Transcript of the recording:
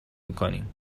میکنیم